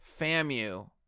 Famu